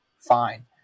fine